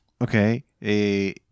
Okay